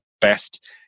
best